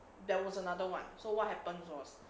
there was another [one] so what happens was